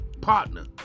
partner